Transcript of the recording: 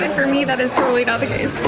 for me, that is totally not the case.